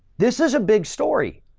this is a big story.